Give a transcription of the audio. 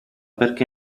perché